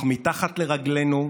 אך מתחת לרגלינו,